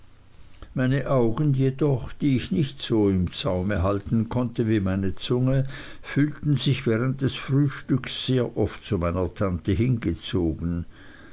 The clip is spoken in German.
meine augen jedoch die ich nicht so im zaume halten konnte wie meine zunge fühlten sich während des frühstücks sehr oft zu meiner tante hingezogen